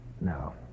No